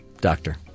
Doctor